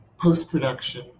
post-production